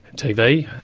tv.